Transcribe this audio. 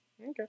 Okay